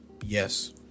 Yes